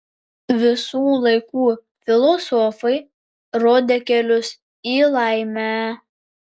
visų laikų filosofai rodė kelius į laimę